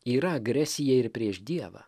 yra agresija ir prieš dievą